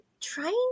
trying